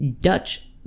Dutch